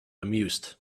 amused